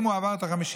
אם הוא עבר את ה-50,000,